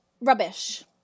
rubbish